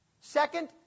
Second